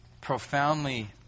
profoundly